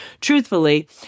truthfully